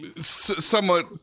Somewhat